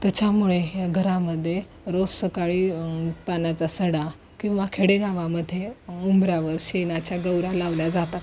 त्याच्यामुळे घरामध्ये रोज सकाळी पाण्याचा सडा किंवा खेडेगावामध्ये उंबऱ्यावर शेणाच्या गोवरा लावल्या जातात